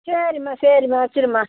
சரிம்மா சரிம்மா வைச்சுரும்மா